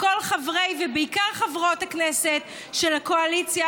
לכל חברי ובעיקר חברות הכנסת של הקואליציה,